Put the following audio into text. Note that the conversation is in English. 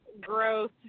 growth